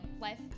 life